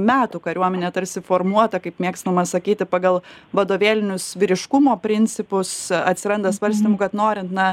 metų kariuomenė tarsi formuota kaip mėgstama sakyti pagal vadovėlinius vyriškumo principus atsiranda svarstymų kad norint na